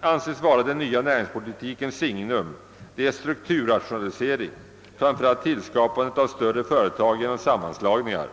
anses vara den nya näringspolitikens signum är strukturrationalisering, framför allt tillskapandet av större företag genom sammanslagningar.